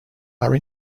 are